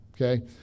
okay